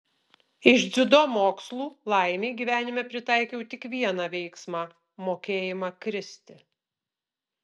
iš dziudo mokslų laimei gyvenime pritaikiau tik vieną veiksmą mokėjimą kristi